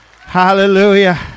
hallelujah